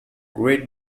great